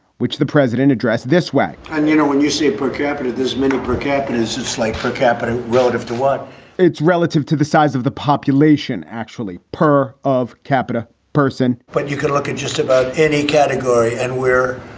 which the president addressed this way and you know when you see a per capita this minute, per capita is a slight per capita relative to what it's relative to the size of the population, actually per of capita person but you can look at just about any category and we're